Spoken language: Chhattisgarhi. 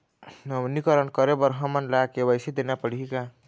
नवीनीकरण करे बर हमन ला के.वाई.सी देना पड़ही का?